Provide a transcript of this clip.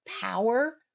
power